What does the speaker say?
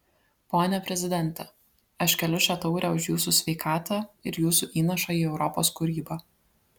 pone prezidente aš keliu šią taurę už jūsų sveikatą ir jūsų įnašą į europos kūrybą